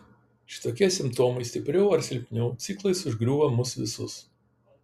šitokie simptomai stipriau ar silpniau ciklais užgriūva mus visus